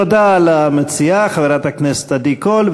תודה למציעה, חברת הכנסת עדי קול.